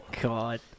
God